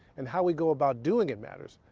and how we go about doing it matters.